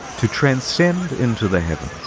to transcend into the heavens.